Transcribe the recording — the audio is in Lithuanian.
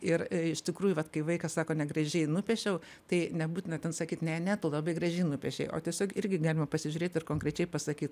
ir iš tikrųjų vat kai vaikas sako negražiai nupiešiau tai nebūtina ten sakyt ne ne tu labai gražiai nupiešei o tiesiog irgi galima pasižiūrėt ir konkrečiai pasakyt